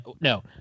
no